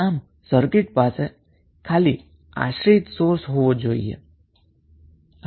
આમ સર્કિટ પાસે ખાલી ડિપેન્ડન્ટ સોર્સ હશે